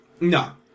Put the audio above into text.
No